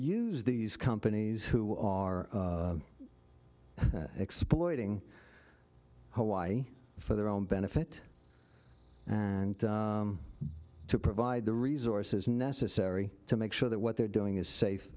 use these companies who are exploiting hawaii for their own benefit and to provide the resources necessary to make sure that what they're doing is safe